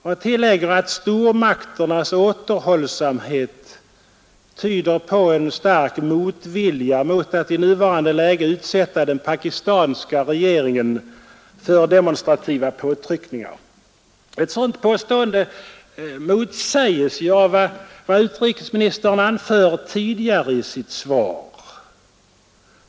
Han tillägger att stormakternas återhållsamhet tyder på en stark motvilja mot att i nuvarande läge utsätta den pakistanska regeringen för demonstrativa påtryckningar. Ett sådant påstående motsäges av vad utrikesministern anför tidigare i sitt svar.